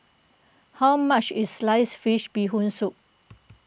how much is Sliced Fish Bee Hoon Soup